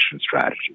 strategy